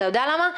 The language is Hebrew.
אתה יודע למה?